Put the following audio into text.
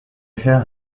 her